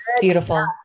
Beautiful